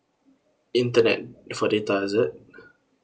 internet for data is it